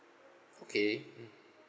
okay hmm